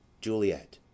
Juliet